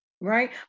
right